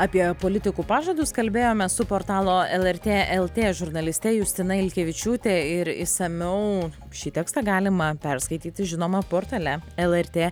apie politikų pažadus kalbėjome su portalo lrt lt žurnaliste justina ilkevičiūtė ir išsamiau šį tekstą galima perskaityti žinoma portale lrt